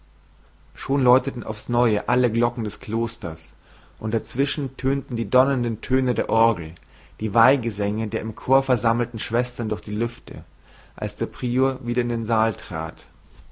schon läuteten aufs neue alle glocken des klosters und dazwischen tönten die donnernden töne der orgel die weihgesänge der im chor versammelten schwestern durch die lüfte als der prior wieder in den saal trat